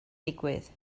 digwydd